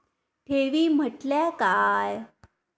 ठेवी म्हटल्या काय?